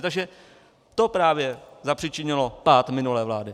Takže to právě zapříčinilo pád minulé vlády.